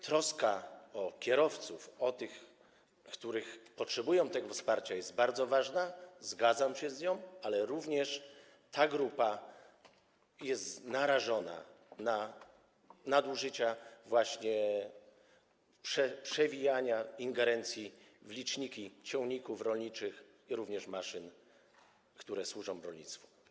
Troska o kierowców, o tych, którzy potrzebują wsparcia, jest bardzo ważna, zgadzam się z tym, ale również ta grupa jest narażona na nadużycia związane z przewijaniem, ingerencją w liczniki ciągników rolniczych, jak również maszyn, które służą rolnictwu.